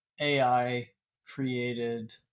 AI-created